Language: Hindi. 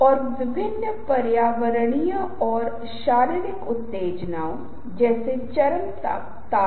आप एक बंधन का निर्माण कर रहे हैं और एक बार उस बंधन की स्थापना हो जाती है